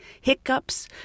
hiccups